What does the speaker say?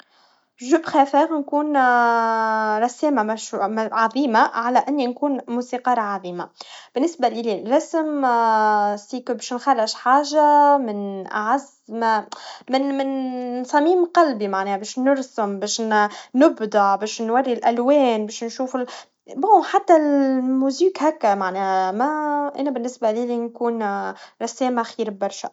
أنا أفضل نكون رساما مش- عظيما, على إنني نكون موسيقارا عظيما, بالنسبا لي الرسم, هو شيء من أعز ما- من- من صميم قلبي معناها, باش نرسم, باش نبعدع, باش نوري الألوان, باش نشوف ال- جيد, حتى الموسيقا هكى معنها ما أنا بالنسبا لي لنكون رساما خير برشا.